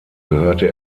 gehörte